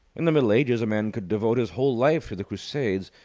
in the middle ages a man could devote his whole life to the crusades,